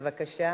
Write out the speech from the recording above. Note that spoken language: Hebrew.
בבקשה,